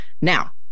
Now